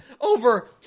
over